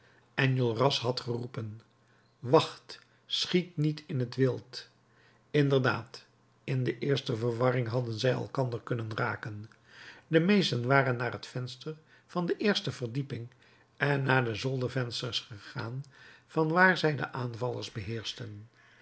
enjolras had geroepen wacht schiet niet in t wild inderdaad in de eerste verwarring hadden zij elkander kunnen raken de meesten waren naar het venster van de eerste verdieping en naar de zoldervensters gegaan van waar zij de aanvallers beheerschten